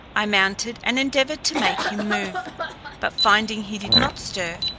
i mounted, and endeavoured to make him move but finding he did not stir,